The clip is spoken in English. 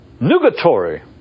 nugatory